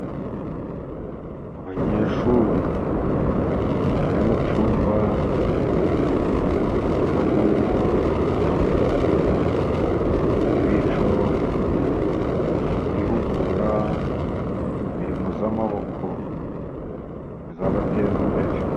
Abanyeshuri bari mu cyumba kibamo za mudasobwa, bityo bari kwihugura mirimo y'amaboko izabateza imbere.